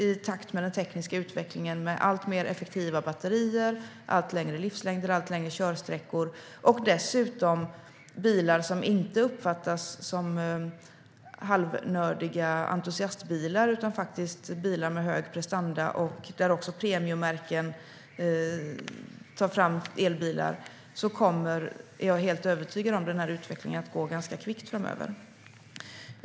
I takt med den tekniska utvecklingen med alltmer effektiva batterier, allt längre livslängder och allt längre körsträckor och dessutom bilar som inte uppfattas som halvnördiga entusiastbilar utan faktiskt bilar med hög prestanda, där också premiummärken tar fram elbilar, är jag helt övertygad om att utvecklingen kommer att gå ganska kvickt framöver.